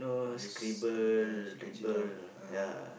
this ya sketch it out uh